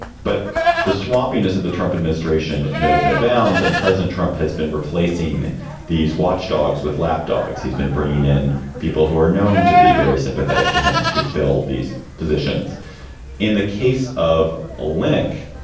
but the swamp is of the trump administration knows no bounds. and president trump has been replacing these watchdogs with lapdogs. he's been bringing in people who are known to be very sympathetic to him to fill these positions in the case of oleynik.